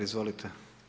Izvolite.